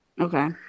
Okay